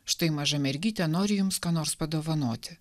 štai maža mergytė nori jums ką nors padovanoti